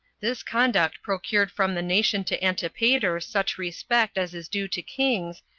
this conduct procured from the nation to antipater such respect as is due to kings,